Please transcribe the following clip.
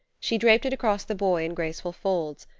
she draped it across the boy in graceful folds,